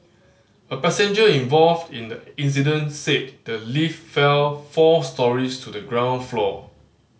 a passenger involved in the incident said the lift fell four storeys to the ground floor